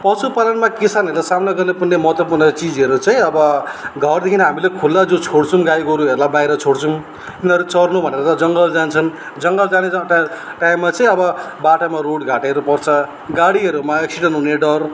पशुपालनमा किसानहरूले सामना गर्नुपर्ने महत्त्वपूर्ण चिजहरू चाहिँ अब घरदेखि हामीले खुल्ला जो छोड्छौँ गाई गोरुहरूलाई बाहिर छोड्छौँ उनीहरू चर्नु भनेर जङ्गल जान्छन् जङ्गल जाने जो टा टाइममा चाहिँ अब बाटोमा रोडघाटहरू पर्छ गाडीहरूमा एक्सिडेन्ट हुने डर